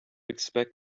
expect